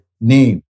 name